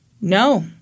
no